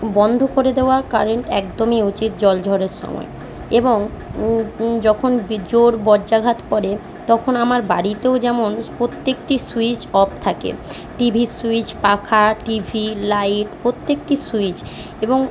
বন্ধ করে দেওয়া কারেন্ট একদমই উচিত জল ঝড়ের সময় এবং যখন জোর বজ্রাঘাত পড়ে তখন আমার বাড়িতেও যেমন প্রত্যেকটি সুইচ অফ থাকে টিভির সুইচ পাখা টিভি লাইট প্রত্যেকটি সুইচ এবং